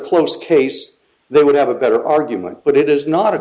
close case they would have a better argument but it is not a